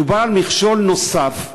מדובר על מכשול נוסף,